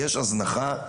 יש הזנחה.